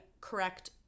correct